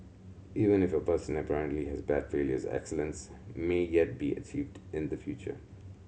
even if a person apparently has bad failures excellence may yet be achieved in the future